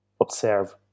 observe